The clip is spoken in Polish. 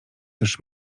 też